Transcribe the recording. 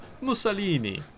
Mussolini